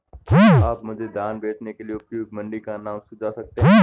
क्या आप मुझे धान बेचने के लिए उपयुक्त मंडी का नाम सूझा सकते हैं?